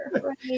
Right